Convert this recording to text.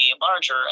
larger